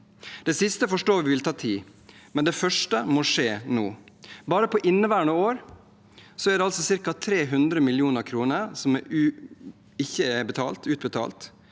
Det siste forstår vi vil ta tid, men det første må skje nå. Bare i inneværende år er det ca. 300 mill. kr som ikke er utbetalt.